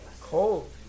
Cold